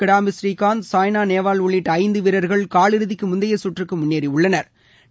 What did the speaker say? கிடாம்பி ஸ்ரீகாந்த் சாய்னா நேவால் உள்ளிட்ட ஐந்து வீரர்கள் காலிறுதிக்கு முந்தைய சுற்றுக்கு முன்னேறியுள்ளனா்